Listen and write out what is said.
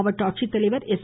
மாவட்ட ஆட்சித்தலைவர் எஸ்